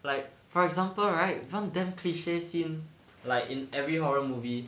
like for example right one damn cliche scene like in every horror movie